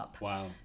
Wow